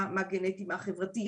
מה גנטי ומה חברתי.